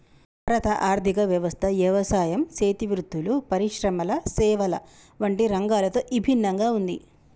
భారత ఆర్థిక వ్యవస్థ యవసాయం సేతి వృత్తులు, పరిశ్రమల సేవల వంటి రంగాలతో ఇభిన్నంగా ఉంది